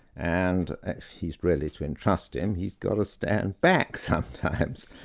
and if he's really to entrust him, he's got to stand back sometimes.